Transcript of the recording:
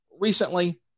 Recently